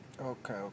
Okay